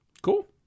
Cool